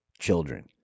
children